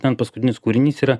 ten paskutinis kūrinys yra